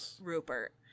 Rupert